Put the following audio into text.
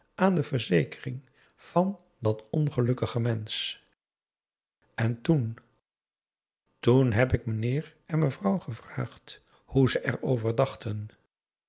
aan de verzekering van dat ongelukkige mensch en toen toen heb ik mijnheer en mevrouw gevraagd hoe ze er over dachten